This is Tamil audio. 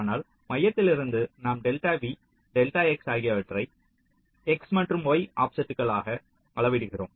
அதனால் மையத்திலிருந்து நாம் டெல்டா v டெல்டா x ஆகியவற்றை x மற்றும் y ஆஃப்செட்களாக அளவிடுகிறோம்